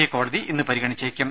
A കോടതി ഇന്ന് പരിഗണിച്ചേക്കും